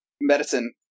medicine